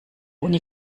uni